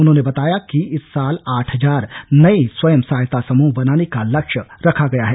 उन्होंने बताया कि इस साल आठ हजार नए स्वयं सहायता समूह बनाने का लक्ष्य रखा गया है